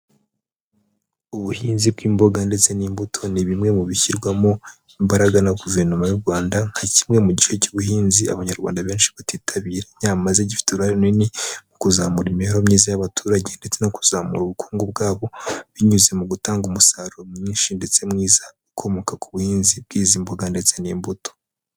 Ubuhinzi bw'imboga ndetse n'imbuto ni bimwe mu bishyirwamo imbaraga na Guverinoma y'u Rwanda, nka kimwe mu gice cy'ubuhinzi Abanyarwanda benshi batitabira nyamaze gifite uruhare runini mu kuzamura imibereho myiza y'abaturage ndetse no kuzamura ubukungu bwabo, binyuze mu gutanga umusaruro mwinshi ndetse mwiza ukomoka ku buhinzi bw'izi mboga ndetse n'imbuto.